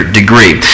degree